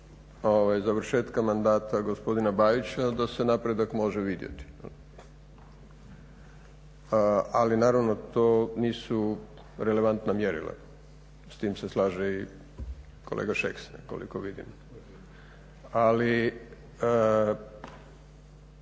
završetka mandata gospodina Bajića, onda se napredak može vidjeti. Ali naravno to nisu relevantna mjerila, s tim se slaže i kolega Šeks koliko vidim. Ali